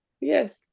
Yes